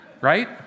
right